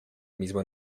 misma